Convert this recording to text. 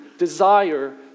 desire